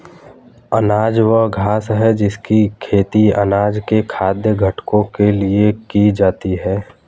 अनाज वह घास है जिसकी खेती अनाज के खाद्य घटकों के लिए की जाती है